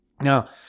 Now